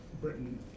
Britain